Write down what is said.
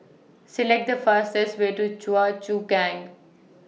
Select The fastest Way to Choa Chu Kang